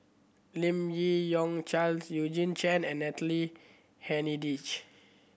Lim Yi Yong Charles Eugene Chen and Natalie Hennedige